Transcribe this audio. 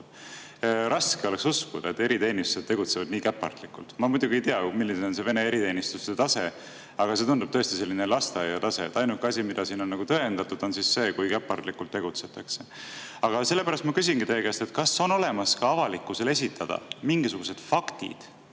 Raske oleks uskuda, et eriteenistus tegutseb nii käpardlikult. Ma muidugi ei tea, milline on Vene eriteenistuse tase, aga see tundub tõesti sellise lasteaiatasemena. Ainuke asi, mis siin on tõendatud, on see, kui käpardlikult tegutsetakse. Sellepärast ma küsingi teie käest: kas on olemas ja võimalik avalikkusele esitada mingisuguseid fakte,